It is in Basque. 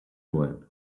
nuen